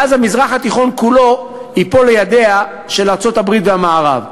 ואז המזרח התיכון כולו ייפול לידיים של ארצות-הברית והמערב.